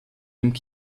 dem